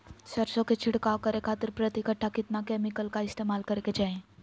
सरसों के छिड़काव करे खातिर प्रति कट्ठा कितना केमिकल का इस्तेमाल करे के चाही?